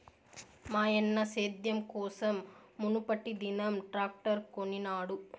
మాయన్న సేద్యం కోసం మునుపటిదినం ట్రాక్టర్ కొనినాడు